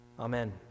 Amen